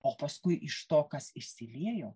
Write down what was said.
o paskui iš to kas išsiliejo